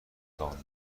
دانلود